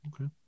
Okay